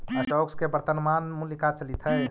stocks के वर्तनमान मूल्य का चलित हइ